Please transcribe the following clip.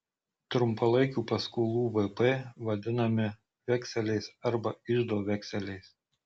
trumpalaikių paskolų vp vadinami vekseliais arba iždo vekseliais